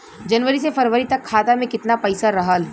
जनवरी से फरवरी तक खाता में कितना पईसा रहल?